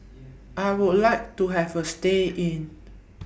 I Would like to Have A stay in